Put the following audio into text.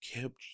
kept